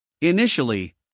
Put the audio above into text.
Initially